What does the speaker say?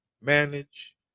manage